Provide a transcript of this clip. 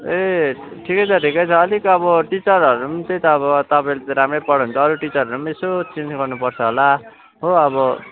ए ठिकै छ ठिकै ठ अलिकति अब टिचारहरू पनि त्यही त अब तपाईँले त राम्रै पढाउनु हुन्छ अरू टिचारहरूलाई पनि यसो चेन्ज गर्नुपर्छ होला हो अब